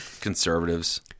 conservatives